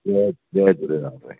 जय जय झूलेलाल साईं